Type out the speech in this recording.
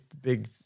Big